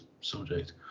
subject